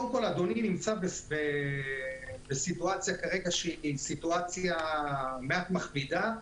אדוני נמצא כרגע בסיטואציה שהיא מעט מכבידה,